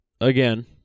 Again